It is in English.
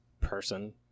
person